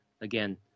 again